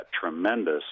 tremendous